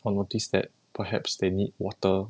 or notice that perhaps they need water